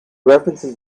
references